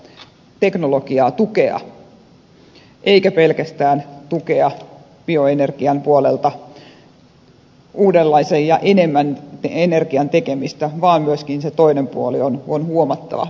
ei pidä pelkästään tukea bioenergian puolelta uudenlaisen ja enemmän energian tekemistä vaan myöskin se toinen puoli on huomattava